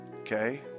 Okay